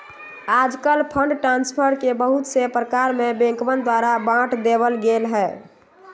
आजकल fund transfer के बहुत से प्रकार में बैंकवन द्वारा बांट देवल गैले है